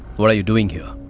what are you doing here?